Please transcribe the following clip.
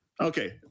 Okay